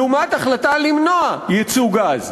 לעומת החלטה למנוע ייצוא גז.